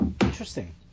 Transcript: interesting